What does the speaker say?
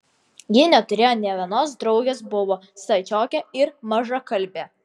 ji neturėjo nė vienos draugės buvo stačiokė ir mažakalbė